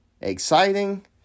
exciting